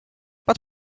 but